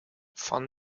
van